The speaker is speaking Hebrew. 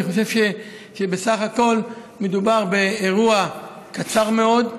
ואני חושב שבסך הכול מדובר באירוע קצר מאוד,